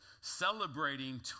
celebrating